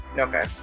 Okay